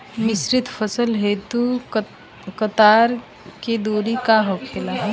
मिश्रित फसल हेतु कतार के दूरी का होला?